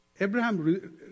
Abraham